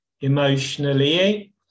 emotionally